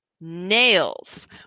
nails